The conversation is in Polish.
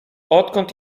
odkąd